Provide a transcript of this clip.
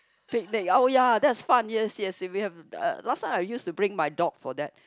picnic oh ya that's fun yes yes if we have uh last time I used to bring my dog for that